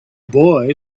boy